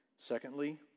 Secondly